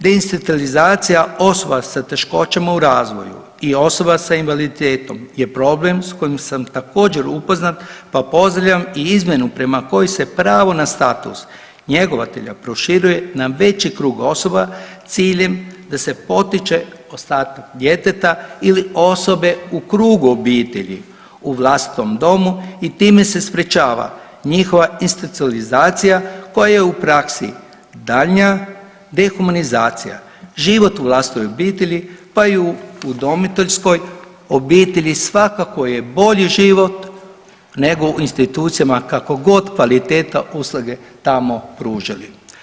Deinstitucionalizacija osoba sa teškoćama u razvoju i osobama sa invaliditetom je problem sa kojim sam također upoznat, pa pozdravljam i izmjenu prema kojoj se pravo na status njegovatelja proširuje na veći krug osoba sa ciljem da se potiče ostatak djeteta ili osobe u krugu obitelji u vlastitom domu i time se sprječava njihova institucionalizacija koja je u praksu daljnja dehumanizacija, život u vlastitoj obitelji pa i u udomiteljskoj obitelji svakako je bolji život nego u institucijama kako god kvaliteta usluge tamo pružili.